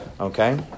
Okay